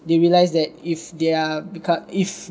they realized that if they're beco~ if